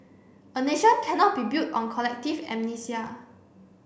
a nation cannot be built on collective amnesia